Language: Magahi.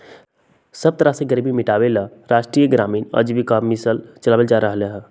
सब तरह से गरीबी मिटाबे के लेल राष्ट्रीय ग्रामीण आजीविका मिशन चलाएल जा रहलई ह